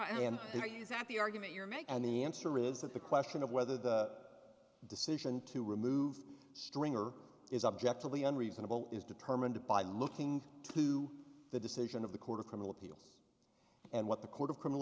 making and the answer is that the question of whether the decision to remove stringer is objectively unreasonable is determined by looking to the decision of the court of criminal appeals and what the court of criminal